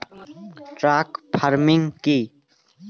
Truck farming কি?